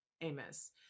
Amos